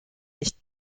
nicht